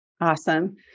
Awesome